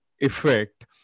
effect